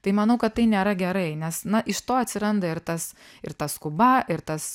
tai manau kad tai nėra gerai nes na iš to atsiranda ir tas ir ta skuba ir tas